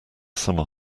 summer